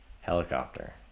helicopter